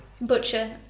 Butcher